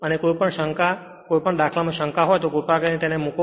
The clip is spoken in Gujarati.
અને કોઈપણ શંકા કોઈપણ દાખલા માં શંકા હોય તો કૃપા કરીને તેને મૂકો